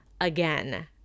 again